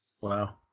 Wow